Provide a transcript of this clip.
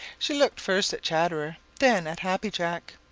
she looked first at chatterer, than at happy jack.